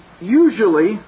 usually